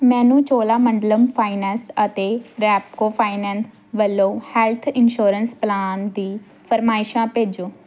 ਮੈਨੂੰ ਚੋਲਾਮੰਡਲਮ ਫਾਈਨੈਂਸ ਅਤੇ ਰੈਪਕੋ ਫਾਈਨੈਂਸ ਵੱਲੋਂ ਹੈੱਲਥ ਇੰਸੂਰੈਂਸ ਪਲਾਨ ਦੀ ਫਰਮਾਇਸ਼ਾਂ ਭੇਜੋ